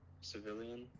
civilian